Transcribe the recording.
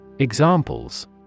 Examples